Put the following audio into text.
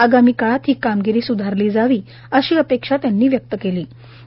आगामी काळात ही कामगिरी स्धारली जावी अशी अपेक्षा त्यांनी व्यक्त केली होती